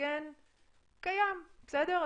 שהמגן קיים, בסדר?